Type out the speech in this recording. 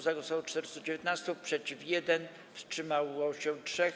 Za głosowało 419, przeciw - 1, wstrzymało się 3.